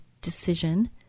decision